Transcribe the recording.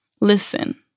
listen